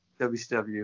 WCW